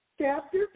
chapter